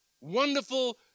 wonderful